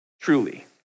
truly